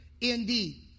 indeed